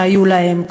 שהיו להן,